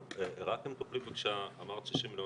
רק אם תוכלי, בבקשה, אמרת 60 מיליון